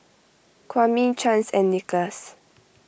Kwame Chance and Nicholas